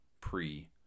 pre